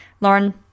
Lauren